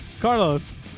carlos